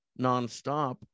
nonstop